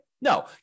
No